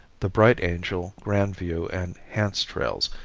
the bright angel, grand view and hance trails,